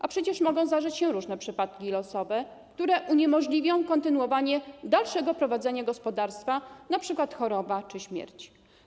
A przecież mogą zdarzyć się różne przypadki losowe, które uniemożliwią kontynuowanie dalszego prowadzenia gospodarstwa, np. choroba czy śmierć.